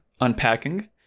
unpacking